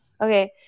Okay